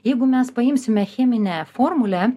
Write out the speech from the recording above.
jeigu mes paimsime cheminę formulę